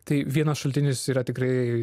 tai vienas šaltinis yra tikrai